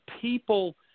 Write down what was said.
people